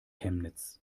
chemnitz